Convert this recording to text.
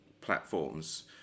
platforms